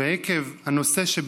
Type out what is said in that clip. ועקב הנושא,